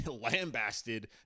lambasted